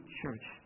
church